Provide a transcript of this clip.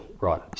Right